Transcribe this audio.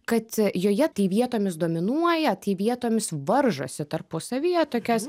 kad joje tai vietomis dominuoja tai vietomis varžosi tarpusavyje tokios